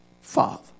father